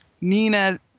Nina